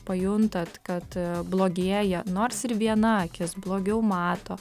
pajuntat kad blogėja nors ir viena akis blogiau mato